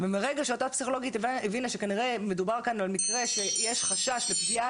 ומרגע שאותה פסיכולוגית הבינה שכנראה מדובר כאן במקרה שיש חשש לפגיעה